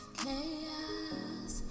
chaos